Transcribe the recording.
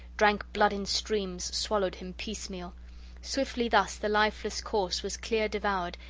drank blood in streams, swallowed him piecemeal swiftly thus the lifeless corse was clear devoured,